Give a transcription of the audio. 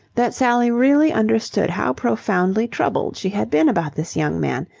that sally really understood how profoundly troubled she had been about this young man,